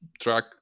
track